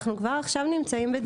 אנחנו כבר עכשיו נמצאים בדיונים.